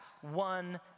one